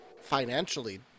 financially